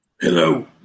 Hello